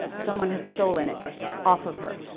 someone had stolen it off of her.